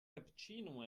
cappuccino